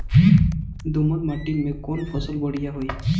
दोमट माटी में कौन फसल बढ़ीया होई?